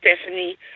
Stephanie